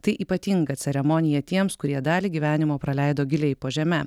tai ypatinga ceremonija tiems kurie dalį gyvenimo praleido giliai po žeme